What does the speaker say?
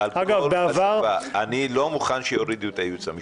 אגב בעבר --- אני לא מוכן שיורידו את הייעוץ המשפטי.